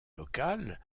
locales